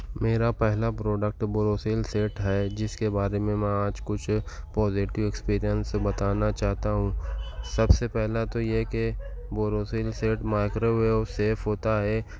میرا پہلا product Borosil set ہے جس کے بارے میں میں آج کچھ پازیٹو ایکسپرئنس بتانا چاہتا ہوں سب سے پہلا تو یہ کہ بوروسیل سیٹ مائیکروویو سیف ہوتا ہے